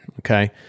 okay